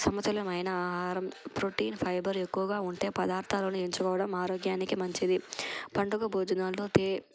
సమతుల్యమైన ఆహారం protein fibre ఎక్కువగా ఉండే పదార్థాలను ఎంచుకోవడం ఆరోగ్యానికి మంచిది పండుగ భోజనాలలో తే